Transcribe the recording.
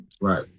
Right